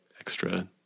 extra